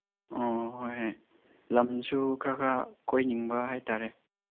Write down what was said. ꯑꯣ ꯍꯣꯏ ꯍꯣꯏ ꯂꯝꯁꯨ ꯈꯔ ꯈꯔ ꯀꯣꯏꯅꯤꯡꯕ ꯍꯥꯏ ꯇꯥꯔꯦ